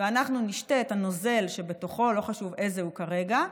ואנחנו נשתה את הנוזל שבתוכו לא חשוב איזה כרגע,